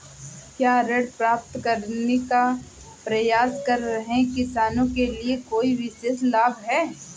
क्या ऋण प्राप्त करने का प्रयास कर रहे किसानों के लिए कोई विशेष लाभ हैं?